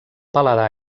paladar